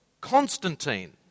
Constantine